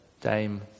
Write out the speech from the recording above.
Dame